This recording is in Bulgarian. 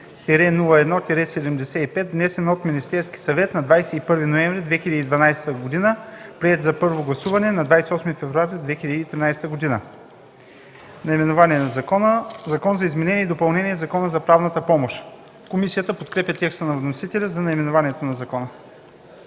202-01-75, внесен от Министерския съвет на 21 ноември 2012 г., приет на първо гласуване на 28 февруари 2013 г.” Наименование на закона: „Закон за изменение и допълнение на Закона за правната помощ”. Комисията подкрепя текста на вносителя за наименованието на закона.